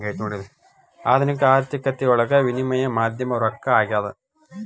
ಆಧುನಿಕ ಆರ್ಥಿಕತೆಯೊಳಗ ವಿನಿಮಯ ಮಾಧ್ಯಮ ರೊಕ್ಕ ಆಗ್ಯಾದ